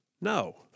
No